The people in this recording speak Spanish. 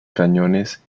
cañones